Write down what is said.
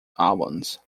albums